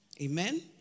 Amen